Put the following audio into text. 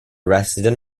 resident